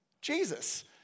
Jesus